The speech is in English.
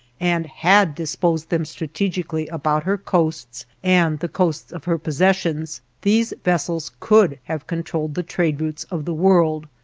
and had disposed them strategically about her coasts and the coasts of her possessions, these vessels could have controlled the trade routes of the world.